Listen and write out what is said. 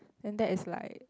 then that is like